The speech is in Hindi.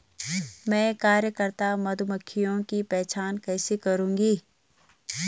मैं कार्यकर्ता मधुमक्खियों की पहचान कैसे करूंगी?